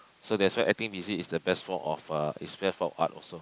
so that's why acting busy is the best form of uh it's best for art also